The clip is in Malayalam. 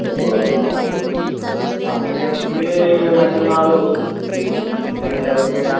എടുത്തോളും അല്ലേ ആ ഓക്കെ ഓക്കെ ആ അങ്ങനെ ആണെങ്കിൽ മറ്റന്നാൾ ഒന്ന് വരുവോ ഞാൻ ലൊക്കേഷൻ